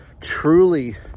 truly